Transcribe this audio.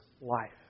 life